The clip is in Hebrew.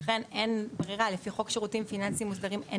לפי חוק שירותים פיננסיים מוסדרים אין